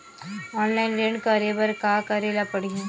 Online ऋण करे बर का करे ल पड़हि?